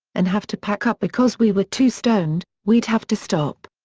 and have to pack up because we were too stoned, we'd have to stop.